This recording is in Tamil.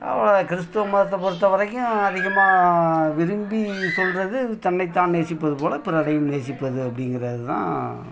அவ்வளோ கிறிஸ்துவ மதத்தை பொறுத்த வரைக்கும் அதிகமாக விரும்பி சொல்வது தன்னைத் தான் நேசிப்பது போல பிறரையும் நேசிப்பது அப்படிங்கிறது தான்